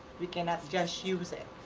we cannot just use it.